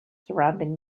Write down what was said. surrounding